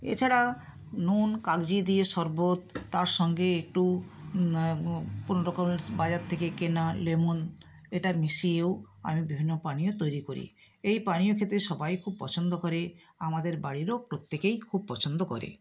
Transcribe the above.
এছাড়া নুন কাগজি দিয়ে শরবত তার সঙ্গে একটু কোনো রকমে বাজার থেকে কেনা লেমন এটার মিশিয়েও আমি বিভিন্ন পানীয় তৈরি করি এই পানীয় খেতে সবাই খুব পছন্দ করে আমাদের বাড়িরও প্রত্যেকেই খুব পছন্দ করে